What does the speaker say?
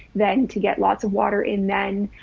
then to get lots of water in then,